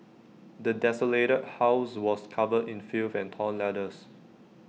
the desolated house was covered in filth and torn letters